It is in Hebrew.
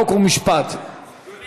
ועדת חוקה, חוק ומשפט, כן?